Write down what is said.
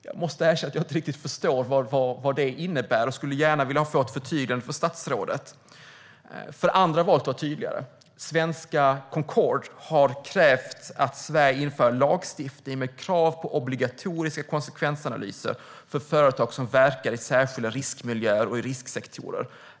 Jag måste erkänna att jag inte riktigt förstår vad det innebär, och jag skulle gärna vilja få ett förtydligande från statsrådet. Andra har valt att vara tydliga. Svenska Concord har krävt att Sverige inför en lagstiftning med krav på obligatoriska konsekvensanalyser för företag som verkar i särskilda riskmiljöer och risksektorer.